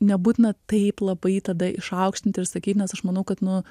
nebūtina taip labai tada išaukštinti ir sakyt nes aš manau kad nu